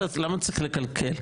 למה צריך לקלקל?